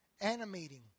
animating